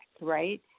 right